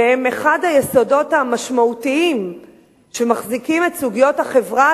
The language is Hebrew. והם אחד היסודות המשמעותיים שמחזיקים את סוגיות החברה,